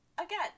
again